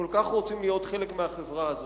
כל כך רוצים להיות חלק מהחברה הזאת.